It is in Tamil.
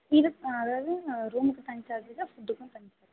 இது அதாவது ரூமுக்கு தனி சார்ஜி தான் ஃபுட்டுக்கும் தனி சார்ஜி தான்